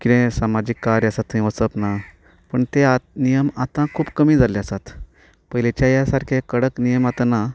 कितें समाजीक कार्य आसा थंय वचप ना पूण ते आतां नियम आतां खूब कमी जाल्ले आसात पयलींच्या सारके कडक निमय आतां नात